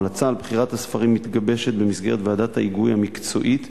ההמלצה על בחירת הספרים מתגבשת במסגרת ועדת ההיגוי המקצועית,